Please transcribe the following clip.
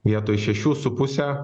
vietoj šešių su puse